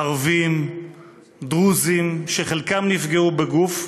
ערבים, דרוזים, שחלקם נפגעו בגוף,